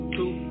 Two